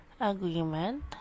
agreement